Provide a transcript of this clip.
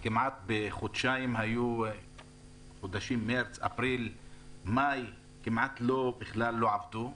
בשלושת החודשים האחרונים הם כמעט לא עבדו.